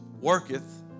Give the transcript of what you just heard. worketh